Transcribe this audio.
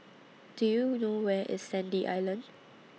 Do YOU know Where IS Sandy Island